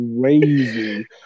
crazy